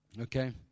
Okay